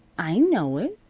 i know it.